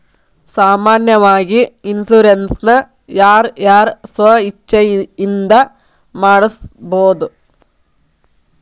ಸಾಮಾನ್ಯಾವಾಗಿ ಇನ್ಸುರೆನ್ಸ್ ನ ಯಾರ್ ಯಾರ್ ಸ್ವ ಇಛ್ಛೆಇಂದಾ ಮಾಡ್ಸಬೊದು?